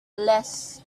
less